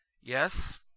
Yes